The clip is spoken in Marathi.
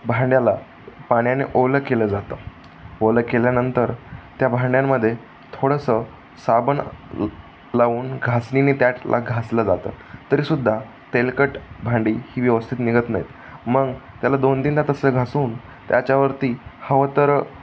भांड्याला पाण्याने ओलं केलं जातं ओलं केल्यानंतर त्या भांड्यांमध्ये थोडंसं साबण लावून घासणीने त्यातला घासलं जातं तरी सुद्धा तेलकट भांडी ही व्यवस्थित निघत नाहीत मग त्याला दोन तीनदा तसं घासून त्याच्यावरती हवं तर